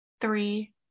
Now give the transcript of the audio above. three